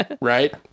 Right